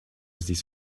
this